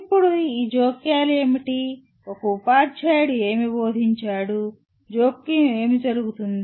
ఇప్పుడు ఈ జోక్యాలు ఏమిటి ఒక ఉపాధ్యాయుడు ఏమి బోధించాడు జోక్యం ఏమి జరుగుతుంది